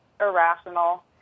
irrational